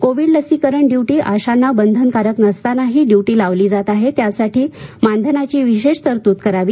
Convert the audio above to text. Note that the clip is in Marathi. कोविड लसीकरण ड्युटी आशांना बंधनकारक नसतानाही ड्युटी लावली जात आहेत त्यासाठी मानधनाची विशेष तरतूद करावी